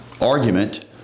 argument